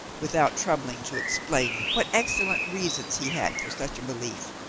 without troubling to explain what excellent reasons he had for such a belief.